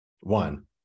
One